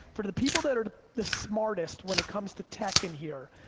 for the people that are the smartest when it comes to tech in here,